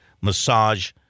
massage